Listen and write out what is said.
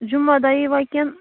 جُمعہ دۄہ ییٖوا کِنہٕ